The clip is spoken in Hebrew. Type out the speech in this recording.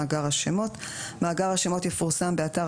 מאגר השמות); מאגר השמות יפורסם באתר